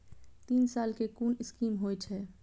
तीन साल कै कुन स्कीम होय छै?